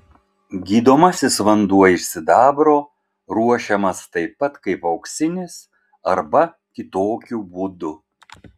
gydomasis vanduo iš sidabro ruošiamas taip pat kaip auksinis arba kitokiu būdu